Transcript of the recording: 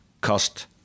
cost